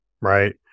right